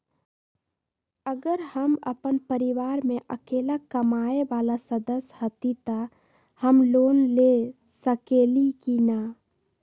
अगर हम अपन परिवार में अकेला कमाये वाला सदस्य हती त हम लोन ले सकेली की न?